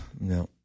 no